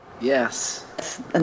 Yes